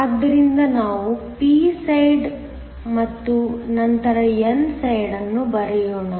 ಆದ್ದರಿಂದ ನಾವು p side ಮತ್ತು ನಂತರ n ಸೈಡ್ ಅನ್ನು ಬರೆಯೋಣ